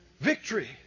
victory